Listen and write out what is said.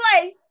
place